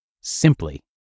Simply